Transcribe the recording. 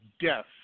death